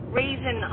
reason